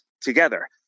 together